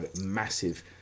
massive